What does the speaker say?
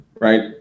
right